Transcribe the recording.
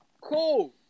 Cool